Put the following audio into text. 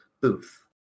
booth